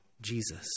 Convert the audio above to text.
Jesus